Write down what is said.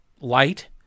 light